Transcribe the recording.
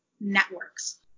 networks